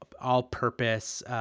all-purpose